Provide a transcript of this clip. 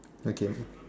okay